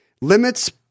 limits